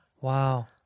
Wow